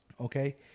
okay